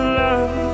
love